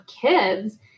kids